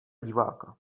diváka